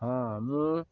ହଁ ଆମେ